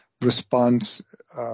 response